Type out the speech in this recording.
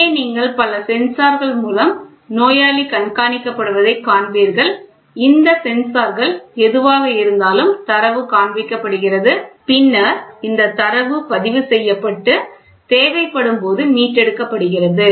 இங்கே நீங்கள் பல சென்சார்கள் மூலம் நோயாளி கண்காணிக்கப்படுவதைக் காண்பீர்கள் இந்த சென்சார்கள் எதுவாக இருந்தாலும் தரவு காண்பிக்கப்படுகிறது பின்னர் இந்த தரவு பதிவு செய்யப்பட்டு தேவைப்படும் போது மீட்டெடுக்கப்படுகிறது